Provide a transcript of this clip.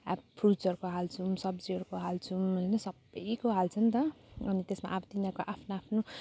अब फ्रुटसहरूको हाल्छौँ सब्जीहरूको हाल्छौँ होइन सबैको हाल्छ नि त अनि त्यसमा अब तिनीहरूको आफ्नो आफ्नो